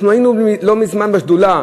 לא מזמן היינו בשדולה